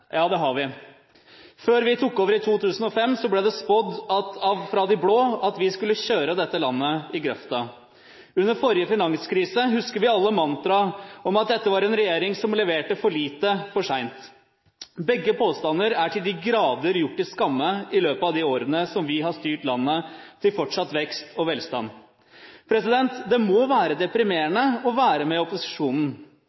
Ja, det har vi. Før vi tok over i 2005, ble det spådd fra de blå at vi skulle kjøre dette landet i grøfta. Fra forrige finanskrise husker vi alle mantraet om at dette var en regjering som leverte for lite, for seint. Begge påstander er til de grader gjort til skamme i løpet av de årene som vi har styrt landet til fortsatt vekst og velstand. Det må være